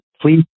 please